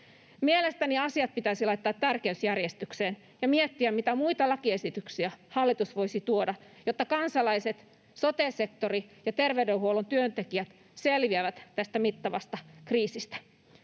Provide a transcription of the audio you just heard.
Mielestäni asiat pitäisi laittaa tärkeysjärjestykseen ja miettiä, mitä muita lakiesityksiä hallitus voisi tuoda, jotta kansalaiset, sote-sektori ja terveydenhuollon työntekijät selviävät tästä mittavasta kriisistä.